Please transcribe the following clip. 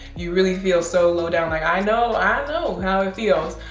you really feel so low down. like i know, i know how it feels,